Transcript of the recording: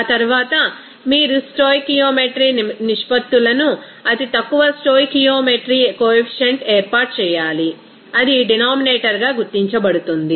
ఆ తరువాత మీరు స్టోయికియోమెట్రీ నిష్పత్తులను అతి తక్కువ స్టోయికియోమెట్రీ కొఎఫిషియంట్ ఏర్పాటు చేయాలి అది డినామినేటర్ గా గుర్తించబడుతుంది